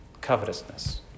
covetousness